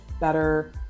better